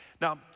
Now